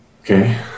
Okay